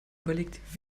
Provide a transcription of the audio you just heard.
überlegt